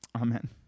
Amen